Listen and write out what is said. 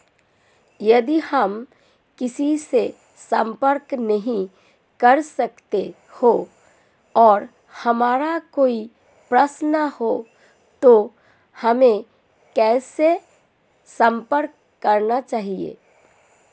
यदि हम किसी से संपर्क नहीं कर सकते हैं और हमारा कोई प्रश्न है तो हमें किससे संपर्क करना चाहिए?